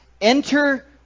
enter